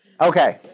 Okay